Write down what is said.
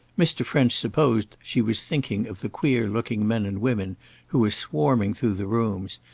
mr. french supposed she was thinking of the queer-looking men and women who were swarming through the rooms,